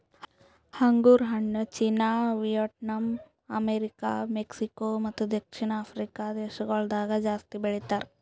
ಅಂಗುರ್ ಹಣ್ಣು China, Vietnam, America, Mexico ಮತ್ತ ದಕ್ಷಿಣ ಆಫ್ರಿಕಾ ದೇಶಗೊಳ್ದಾಗ್ ಜಾಸ್ತಿ ಬೆಳಿತಾರ್